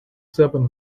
seven